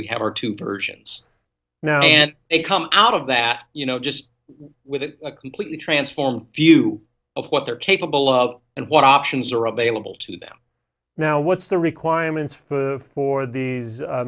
we have our two persians now and they come out of that you know just with a completely transformed view of what they're capable of and what options are available to them now what's the requirements for for these